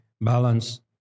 balance